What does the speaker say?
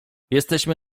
jesteśmy